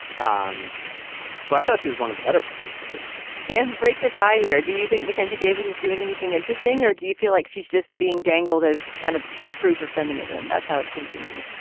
um so i thought she was one of the better parts of this movie sam break the tie here. do you think mackenzie davis is doing anything interesting or do you feel like she's just being dangled as kind of proof of feminism. that's how it seemed to me